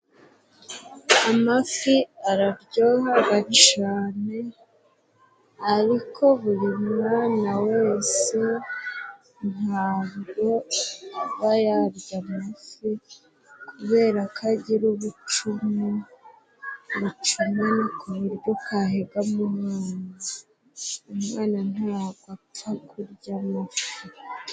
Amafi araryoha cyane, ariko buri mwana wese ntabwo aba yarya amafi, kubera ko agira ubucumu, ubucumura ku buryo kahigama umwana. Umwana ntago apfa kurya amafi.